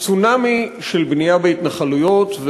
צונאמי של בנייה בהתנחלויות.